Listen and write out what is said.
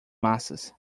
massas